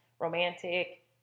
romantic